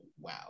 wow